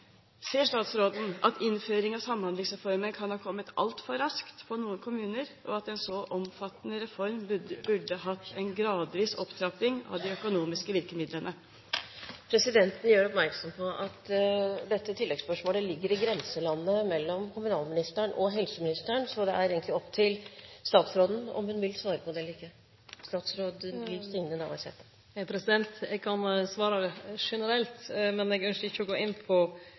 Ser statsråden at innføringen av Samhandlingsreformen kan ha kommet altfor raskt for noen kommuner, og at en så omfattende reform burde hatt en gradvis opptrapping av de økonomiske virkemidlene? Presidenten gjør oppmerksom på at dette tilleggsspørsmålet ligger i grenselandet mellom kommunalministeren og helseministeren, så det er egentlig opp til statsråden om hun vil svare på det eller ikke. Eg kan svare generelt, men eg ynskjer ikkje å gå inn på